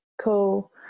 Cool